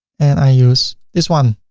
and i use this one.